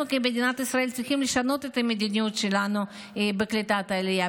אנחנו כמדינת ישראל צריכים לשנות את המדיניות שלנו בקליטת העלייה.